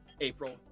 April